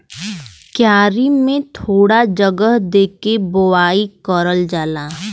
क्यारी में थोड़ा जगह दे के बोवाई करल जाला